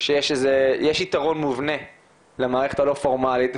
שיש יתרון מובנה למערכת הלא פורמלית,